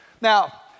Now